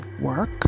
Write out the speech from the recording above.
work